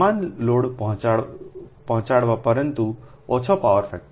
સમાન લોડ પહોંચાડો પરંતુ ઓછા પાવર ફેક્ટર પર